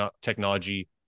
technology